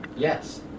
Yes